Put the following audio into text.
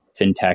fintech